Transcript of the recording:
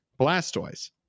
Blastoise